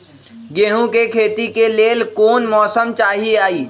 गेंहू के खेती के लेल कोन मौसम चाही अई?